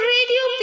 Radio